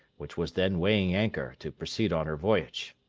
which was then weighing anchor to proceed on her voyage.